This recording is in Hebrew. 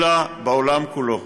אלא בעולם כולו.